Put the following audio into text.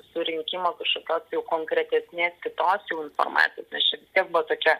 surinkimą kažkokios jau konkretesnės kitos jau informacijos nes čia vis tiek buvo tokia